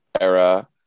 era